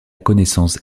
connaissance